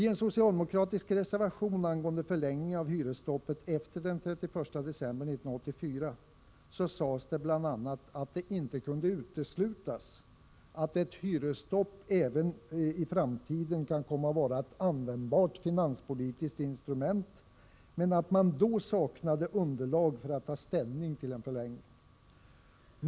I en socialdemokratisk reservation angående förlängning av hyresstoppet efter den 31 december 1984 sades bl.a. att det inte kunde uteslutas att ett hyresstopp även i framtiden kan komma att vara ett användbart finanspolitiskt instrument men att man då saknade underlag för att ta ställning till en förlängning.